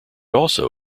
also